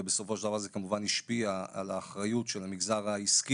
ובסופו של דבר זה כמובן השפיע על האחריות של המגזר העסקי